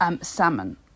salmon